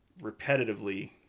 repetitively